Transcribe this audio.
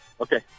Okay